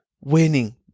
winning